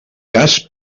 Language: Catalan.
cas